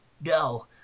no